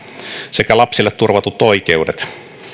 sekä lapsille turvatut oikeudet